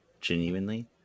genuinely